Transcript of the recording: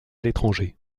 l’étranger